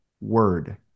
word